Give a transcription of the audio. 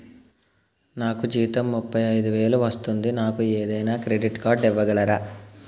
నాకు జీతం ముప్పై ఐదు వేలు వస్తుంది నాకు ఏదైనా క్రెడిట్ కార్డ్ ఇవ్వగలరా?